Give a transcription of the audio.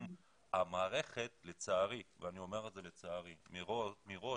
אם המערכת לצערי ואני אומר לצערי מראש